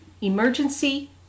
Emergency